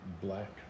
Black